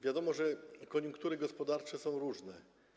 Wiadomo, że koniunktury gospodarcze są różne.